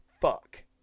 fuck